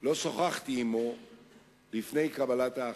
לא שוחחתי עמו לפני קבלת ההחלטה.